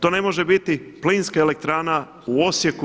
To ne može biti plinska elektrana u Osijeku.